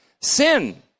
Sin